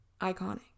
iconic